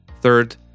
Third